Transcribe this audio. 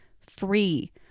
free